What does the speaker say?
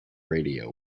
radio